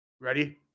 Ready